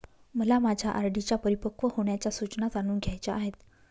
मला माझ्या आर.डी च्या परिपक्व होण्याच्या सूचना जाणून घ्यायच्या आहेत